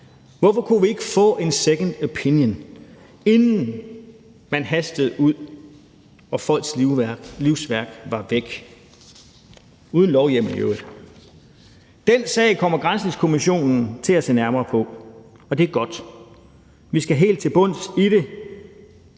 Hvorfor kunne vi ikke få en second opinion, inden man hastede ud og folks livsværk var væk, uden lovhjemmel i øvrigt? Den sag kommer granskningskommissionen til at se nærmere på, og det er godt. Vi skal helt til bunds i det.